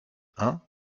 hein